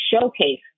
showcase